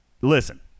listen